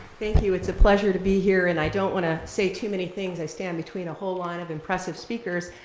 thank you. it's a pleasure to be here, and i don't wanna say too many things. i stand between a whole line of impressive speakers,